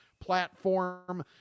platform